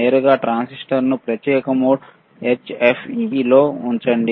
నేరుగా ట్రాన్సిస్టర్ను ప్రత్యేకమైన మోడ్ HFE లో ఉంచండి